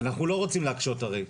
אנחנו לא רוצים להקשות, הרי.